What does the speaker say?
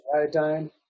iodine